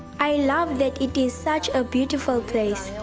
i love that it is such a beautiful place.